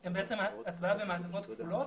הם בעצם הצבעה במעטפות כפולות.